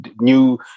new